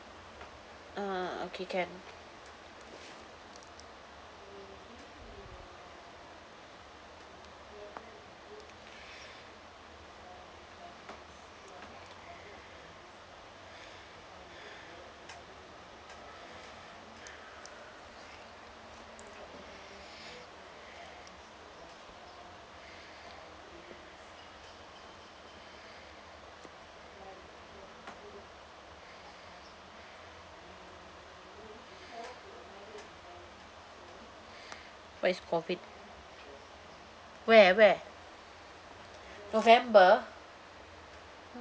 uh okay can but it's COVID where where november